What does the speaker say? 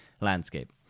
landscape